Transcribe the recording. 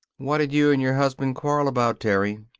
what'd you and your husband quarrel about, terry?